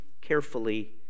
carefully